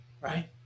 right